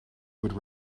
would